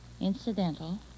Incidental